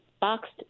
boxed